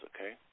okay